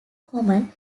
common